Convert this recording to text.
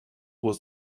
was